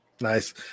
Nice